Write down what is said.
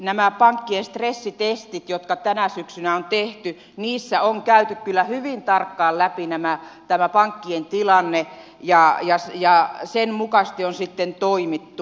näissä pankkien stressitesteissä jotka tänä syksynä on tehty on käyty kyllä hyvin tarkkaan läpi tämä pankkien tilanne ja sen mukaisesti on sitten toimittu